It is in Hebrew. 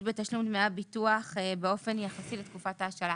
בתשלום דמי הביטוח באופן יחסי לתקופת ההשאלה.